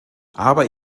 aber